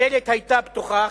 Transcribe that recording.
הדלת היתה פתוחה,